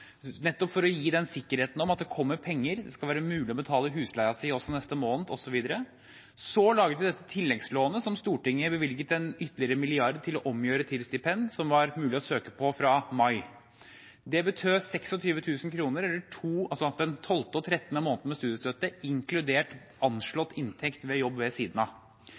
nettopp for å gi sikkerhet om at det kommer penger, det skal være mulig å betale husleien sin også neste måned, osv. Så laget vi dette tilleggslånet, som Stortinget bevilget ytterligere en milliard til å omgjøre til stipend, som var mulig å søke på fra mai. Det betød 26 000 kr, den 12. og 13. måneden med studiestøtte, inkludert anslått inntekt ved jobb ved siden av.